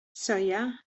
soia